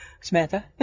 Samantha